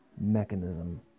mechanism